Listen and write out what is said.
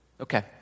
Okay